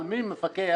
אבל מי מפקח?